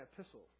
epistle